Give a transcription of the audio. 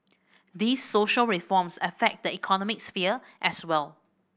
these social reforms affect the economic sphere as well